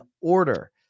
order